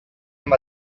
com